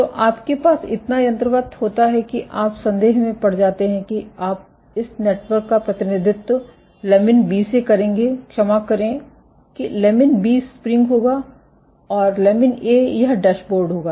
तो आपके पास इतना यंत्रवत् होता है कि आप संदेह में पड़ जाते हैं कि आप इस नेटवर्क का प्रतिनिधित्व लमिन बी से करेंगे क्षमा करें कि लमिन बी स्प्रिंग होगा और लमिन ए यह डैशबोर्ड होगा